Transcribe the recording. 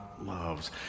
loves